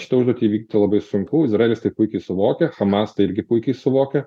šitą užduotį įvykt labai sunku izraelis tai puikiai suvokia hamas tai irgi puikiai suvokia